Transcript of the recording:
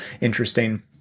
interesting